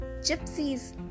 Gypsies